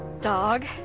dog